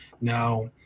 Now